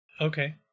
Okay